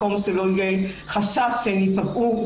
מקום שלא יהיה חשש שהם ייפגעו,